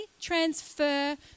transfer